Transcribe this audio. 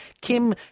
Kim